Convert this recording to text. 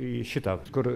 į šitą kur